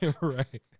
Right